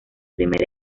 primer